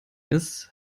ist